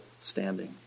standing